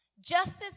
Justice